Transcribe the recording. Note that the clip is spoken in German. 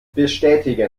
bestätigen